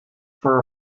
for